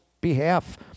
behalf